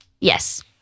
Yes